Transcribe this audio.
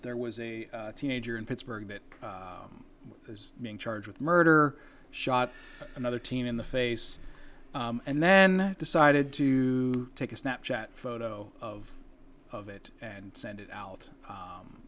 there was a teenager in pittsburgh that was being charged with murder shot another teen in the face and then decided to take a snapshot photo of of it and send it out